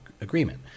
agreement